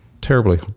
terribly